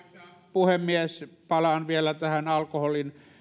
puhemies palaan vielä tähän alkoholin